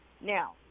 Now